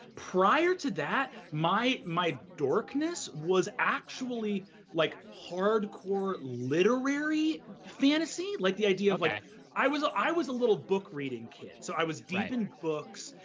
prior to that, my my dorkness was actually like hardcore literary fantasy. like the idea of. like i was i was a little book reading kid, so i was deep in books,